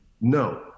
no